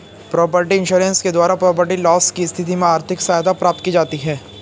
property insurance के द्वारा property loss की स्थिति में आर्थिक सहायता प्राप्त की जाती है